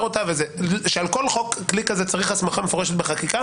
אותה שעל כל כלי כזה צריך הסמכה מפורשת בחקיקה